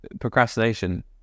procrastination